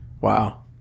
Wow